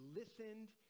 listened